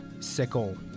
sickle